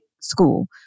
school